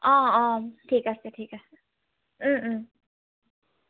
অঁ অঁ ঠিক আছে ঠিক আছে